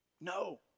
No